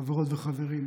חברות וחברים,